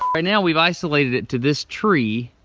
right now we've isolated it to this tree.